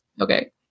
Okay